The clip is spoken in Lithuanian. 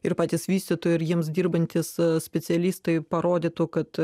ir patys vystytojai ir jiems dirbantys specialistai parodytų kad